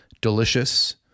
Delicious